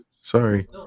sorry